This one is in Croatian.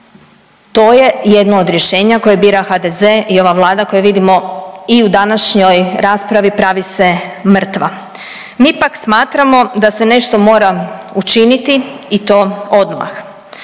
to je jedno od rješenja koja bira HDZ i ova Vlada koju vidimo i u današnjoj raspravi, pravi se mrtva. Mi pak smatramo da se nešto mora učiniti i to odmah.